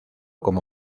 como